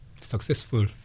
successful